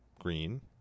green